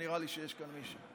לא נראה לי שיש כאן מישהו.